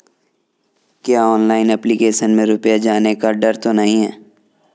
क्या online application में रुपया जाने का कोई डर तो नही है?